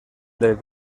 del